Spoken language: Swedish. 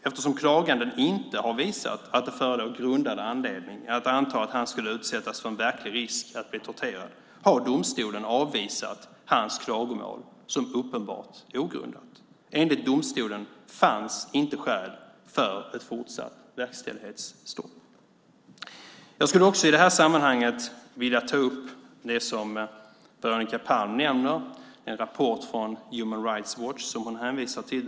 Eftersom klaganden inte har visat att det förelåg en grundad anledning att anta att han skulle utsättas för verklig risk att bli torterad har domstolen avvisat hans klagomål som uppenbart ogrundat. Enligt domstolen fanns inte skäl för ett fortsatt verkställighetsstopp. Jag skulle också i det här sammanhanget vilja ta upp en sak som Veronica Palm nämner, en rapport från Human Rights Watch som hon hänvisar till.